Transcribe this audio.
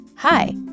Hi